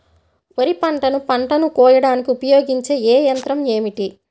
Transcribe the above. వరిపంటను పంటను కోయడానికి ఉపయోగించే ఏ యంత్రం ఏమిటి?